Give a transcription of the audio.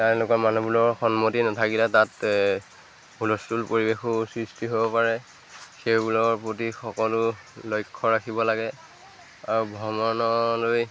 তেওঁলোকৰ মানুহবোৰৰ সন্মতি নাথাকিলে তাত হুলস্থুল পৰিৱেশো সৃষ্টি হ'ব পাৰে সেইবোৰৰ প্ৰতি সকলো লক্ষ্য ৰাখিব লাগে আৰু ভ্ৰমণলৈ